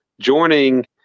joining